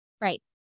Right